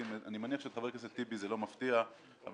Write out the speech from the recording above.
אני מניח שאת חבר הכנסת טיבי זה לא מפתיע אבל